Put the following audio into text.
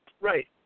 Right